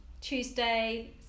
Tuesday